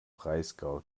breisgau